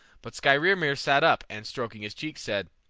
but skrymir sat up, and stroking his cheek said,